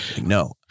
No